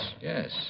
Yes